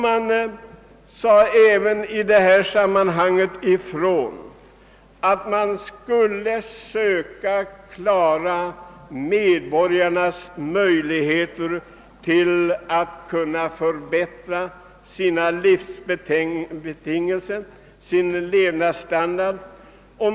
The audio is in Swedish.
Man sade även i detta sammanhang ifrån att man skulle söka klara medborgarnas möjligheter att kunna förbättra sina livsbetingelser och sin levnadsstandard.